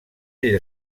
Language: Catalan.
ell